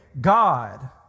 God